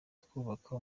twubaka